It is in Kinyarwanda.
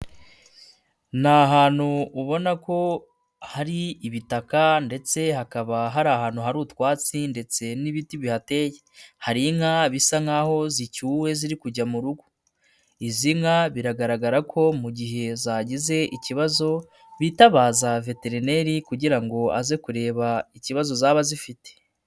Ni ahantutu ubona ko hari ibitaka ndetse hakaba hari ahantu hari utwatsi ndetse n'ibiti bihateye, hari inka bisa nkaho zicyuwe ziri kujya mu rugo, izi nka biragaragara ko mu gihe zagize ikibazo, bitabaza veterineri kugira ngo aze kureba ikibazo zaba zifite.